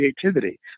creativity